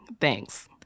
Thanks